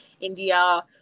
india